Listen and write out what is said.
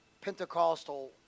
Pentecostal